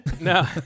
No